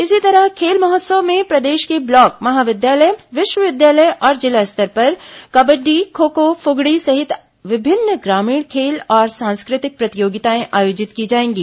इसी तरह खेल महोत्सव में प्रदेश के ब्लॉक महाविद्यालय विश्वविद्यालय और जिला स्तर पर कबड्डी खोखो फुगड़ी सहित विभिन्न ग्रामीण खेल और सांस्कृतिक प्रतियोगिताएं आयोजित की जाएंगी